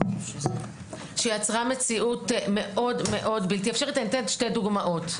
שיצרה מציאות בלתי אפשרית, ואני אתן שתי דוגמאות.